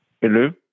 Hello